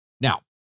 Now